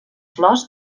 flors